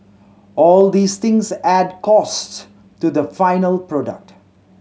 all these things add costs to the final product